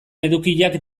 edukiak